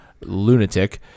lunatic